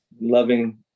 loving